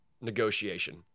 negotiation